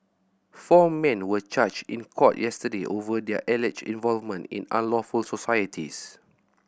four men were charged in court yesterday over their alleged involvement in unlawful societies